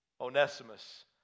Onesimus